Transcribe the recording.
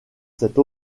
cette